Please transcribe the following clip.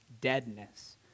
deadness